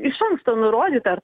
iš anksto nurodyta ar tai